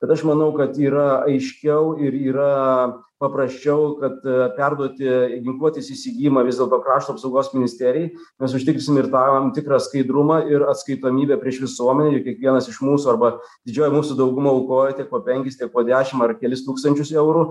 bet aš manau kad yra aiškiau ir yra paprasčiau kad perduoti ginkluotės įsigijimą vis dėlto krašto apsaugos ministerijai mes uždirbsim ir tam tikrą skaidrumą ir atskaitomybę prieš visuomenę juk kiekvienas iš mūsų arba didžioji mūsų dauguma aukojote ir po penkis ir po dešimt ar kelis tūkstančius eurų